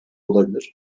olabilir